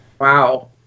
Wow